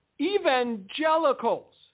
Evangelicals